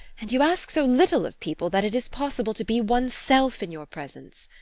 and you ask so little of people, that it is possible to be oneself in your presence.